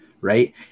right